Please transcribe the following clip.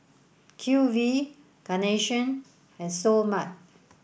Q V Carnation and Seoul Mart